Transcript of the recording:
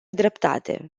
dreptate